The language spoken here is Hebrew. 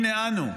הנה, אנו",